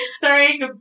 Sorry